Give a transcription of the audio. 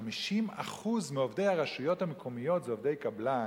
ש-50% מעובדי הרשויות המקומיות הם עובדי קבלן,